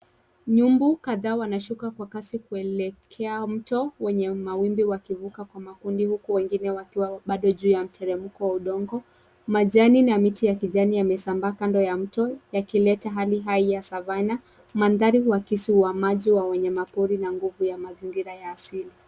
Nyumbu kadhaa wanashuka kwa kasi kuelekea mto wenye mawimbi wakivuka kwa makundi huku wengine wakiwa bado juu ya mteremko wa udongo. Majani na miti ya kijani yamesamba kando ya mto yakileta hali hai ya savana. Mandhari huakisi uhamaji wa wanyamapori na nguvu ya mazingira ya asili.